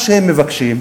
מה שהם מבקשים,